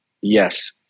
Yes